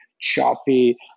choppy